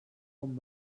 com